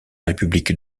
république